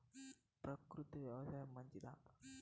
ప్రకృతి వ్యవసాయం మంచిదా?